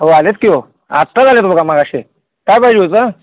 हो आले आहेत की हो आत्ताच आले आहेत बघा माघाशी काय पाहिजे होतं